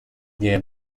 their